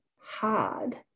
hard